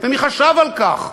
ומי חשב על כך?